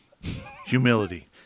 Humility